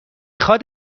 خواد